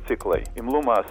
ciklai imlumas